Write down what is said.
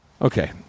Okay